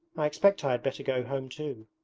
i expect i had better go home too,